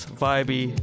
vibey